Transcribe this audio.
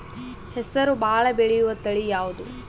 ಹೆಸರು ಭಾಳ ಬೆಳೆಯುವತಳಿ ಯಾವದು?